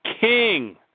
king